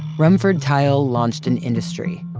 rumford tile launched an industry.